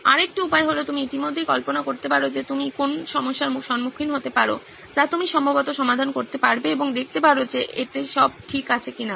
আরেকটি উপায় হলো তুমি ইতিমধ্যেই কল্পনা করতে পারো যে তুমি কোন সমস্যার সম্মুখীন হতে পারো যা তুমি সম্ভবত সমাধান করতে পারবে এবং দেখতে পারো যে এটি সব ঠিক আছে কিনা